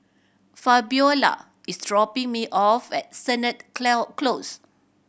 Fabiola is dropping me off at Sennett Close